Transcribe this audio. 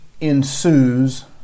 ensues